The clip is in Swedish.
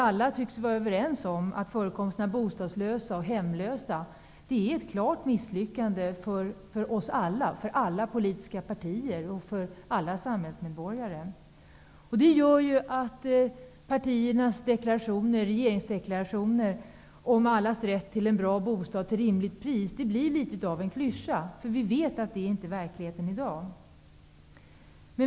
Alla tycks vara överens om att förekomsten av bostadslösa och hemlösa är ett klart misslyckande för alla politiska partier och för alla samhällsmedborgare. Det gör att partiernas deklarationer och regeringsdeklarationer om allas rätt till en bra bostad till rimligt pris blir litet av en klyscha. Vi vet att det inte är verkligheten i dag.